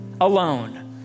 Alone